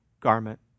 garment